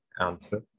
answer